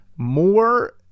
more